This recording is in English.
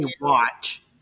watch